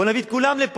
בואו נביא את כולם לפה.